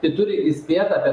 tai turi įspėt apie